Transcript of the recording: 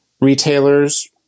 retailers